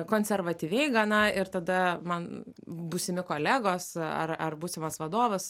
konservatyviai gana ir tada man būsimi kolegos ar ar būsimas vadovas